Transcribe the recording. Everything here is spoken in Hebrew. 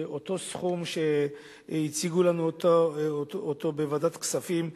אותו סכום שהציגו לנו בוועדת הכספים,